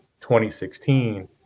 2016